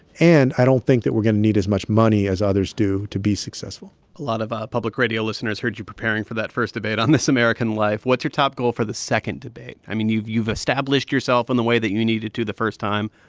and i don't think that we're going to need as much money as others do to be successful a lot of our public radio listeners heard you preparing for that first debate on this american life. what's your top goal for the second debate? i mean, you've you've established yourself in the way that you needed to the first time.